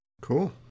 Cool